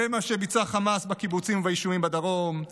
זה מה שביצע חמאס בקיבוצים וביישובים בדרום,